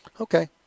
Okay